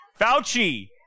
Fauci